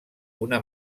una